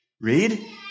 read